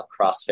CrossFit